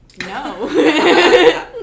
No